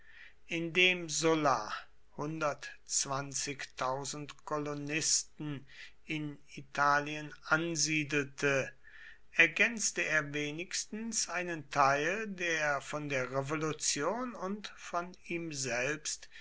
indem sulla kolonisten in italien ansiedelte ergänzte er wenigstens einen teil der von der revolution und von ihm selbst